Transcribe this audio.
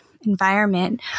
environment